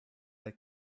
had